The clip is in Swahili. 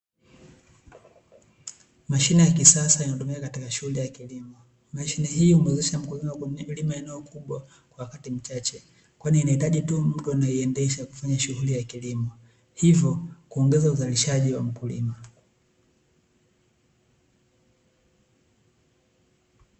Mashine ya kisasa inayotumika katika shughuli ya kilimo, mashine hi humuwezesha mkulima kulima eneo kubwa kwa muda mchache. Kwani inahitaji tu mtu anayeiendesha kufanya shughuli ya kilimo, hivyo kuongeza uzalishaji wa mkulima.